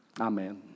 amen